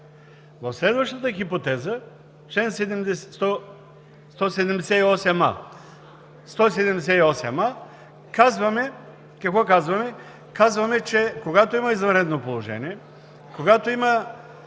В следващата хипотеза – в чл. 178а казваме, че когато има извънредно положение, когато има